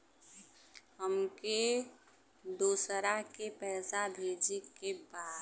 हमके दोसरा के पैसा भेजे के बा?